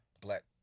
Black